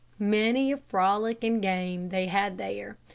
many a frolic and game they had there.